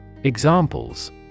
Examples